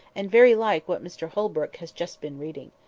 and very like what mr holbrook has just been reading.